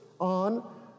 on